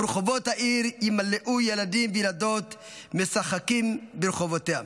ורחבות העיר ימלאו ילדים וילדות משחקים ברחבתיה".